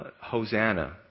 Hosanna